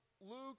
Luke